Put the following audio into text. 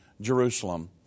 Jerusalem